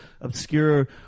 obscure